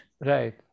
Right